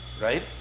right